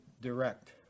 direct